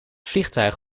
vliegtuig